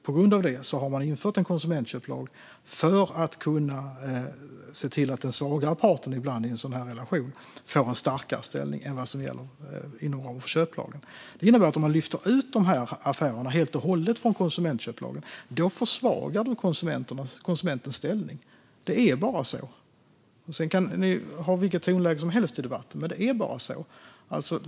På grund av det har man infört en konsumentköplag för att kunna se till att den svagare parten ibland i en sådan här relation får en starkare ställning än vad som gäller inom ramen för köplagen. Det innebär att om man lyfter ut dessa affärer helt och hållet från konsumentköplagen försvagas konsumentens ställning. Det är bara så. Sedan kan ni ha vilket tonläge som helst i debatten. Men det är bara så.